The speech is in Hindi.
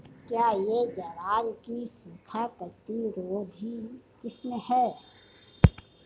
क्या यह ज्वार की सूखा प्रतिरोधी किस्म है?